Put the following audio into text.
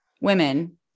women